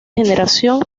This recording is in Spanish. generación